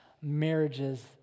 marriages